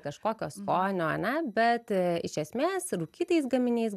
kažkokio skonio ane bet iš esmės rūkytais gaminiais